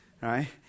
right